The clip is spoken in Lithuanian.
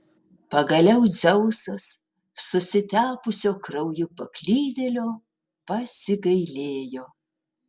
pagaliau dzeusas susitepusio krauju paklydėlio pasigailėjo